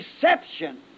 deception